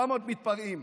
400 מתפרעים,